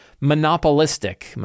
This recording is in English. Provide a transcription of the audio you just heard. monopolistic